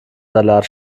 salat